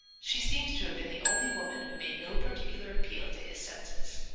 she seems to have been the only woman who made no particular appeal to his senses.